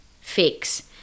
fix